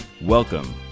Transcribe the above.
Welcome